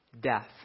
death